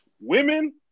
Women